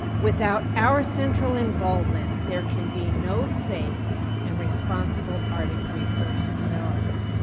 without our central involvement there can be no safe and responsible arctic research development.